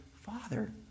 father